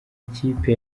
ikipe